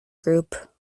group